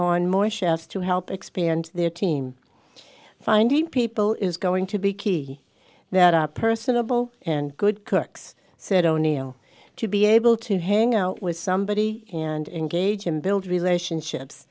on more chefs to help expand their team find the people is going to be key that are personable and good cook said o'neil to be able to hang out with somebody and engage in build relationships